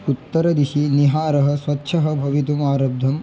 उत्तरदिशि निहारः स्वच्छः भवितुम् आरब्धम्